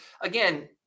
again